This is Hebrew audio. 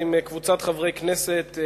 יחד עם קבוצת חברי הכנסת,